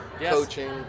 coaching